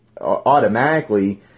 automatically